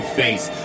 face